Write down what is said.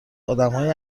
آدمهای